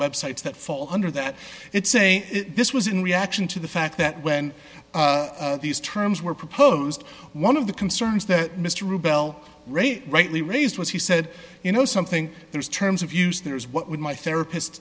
websites that fall under that it's a this was in reaction to the fact that when these terms were proposed one of the concerns that mr rubella rightly raised was he said you know something there's terms of use there is what would my therapist